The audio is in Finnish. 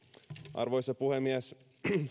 arvoisa puhemies